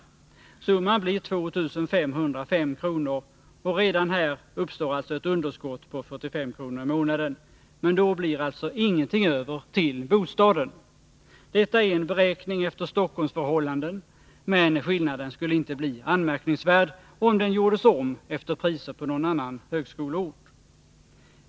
Summan blir 2 525 kr. Redan här uppstår alltså ett underskott på 45 kr. i månaden. Men då blir alltså ingenting över till bostaden. Detta är en beräkning efter Stockholmsförhållanden, men skillnaden skulle inte bli anmärkningsvärd om den gjordes om efter priserna på någon annan högskoleort.